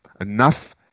Enough